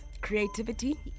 creativity